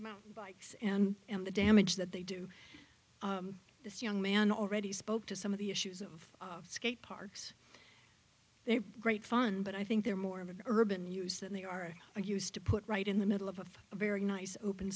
with bikes and and the damage that they do this young man already spoke to some of the issues of skate parks they were great fun but i think they're more of an urban use than they are used to put right in the middle of a very nice open